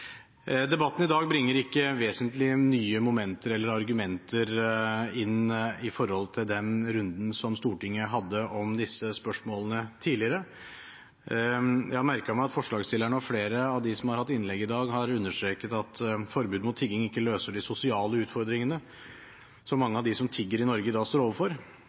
Debatten i dag bringer ikke vesentlige nye momenter eller argumenter inn i forhold til den runden som Stortinget hadde om disse spørsmålene tidligere. Jeg har merket meg at forslagsstillerne og flere av dem som har hatt innlegg i dag, har understreket at forbud mot tigging ikke løser de sosiale utfordringene som mange av dem som tigger i Norge, står overfor.